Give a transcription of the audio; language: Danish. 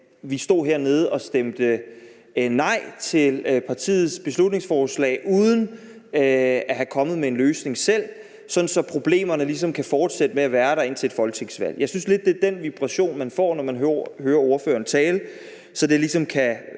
vi sad hernede og stemte nej til partiets beslutningsforslag uden at være kommet med en løsning selv, sådan at problemerne ligesom kunne fortsætte med at være der indtil et folketingsvalg. Jeg synes lidt, det er den fornemmelse, man får, når man hører ordføreren tale. Det skal